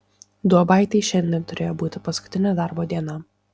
duobaitei šiandien turėjo būti paskutinė darbo diena